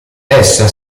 essa